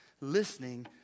listening